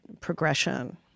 progression